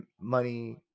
money